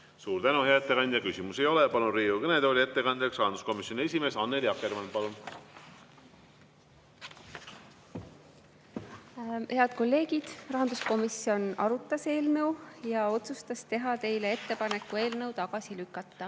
Suur tänu, hea ettekandja! Küsimusi ei ole. Palun Riigikogu kõnetooli ettekandjaks rahanduskomisjoni esimehe Annely Akkermanni. Palun! Head kolleegid! Rahanduskomisjon arutas eelnõu ja otsustas teha teile ettepaneku eelnõu tagasi lükata.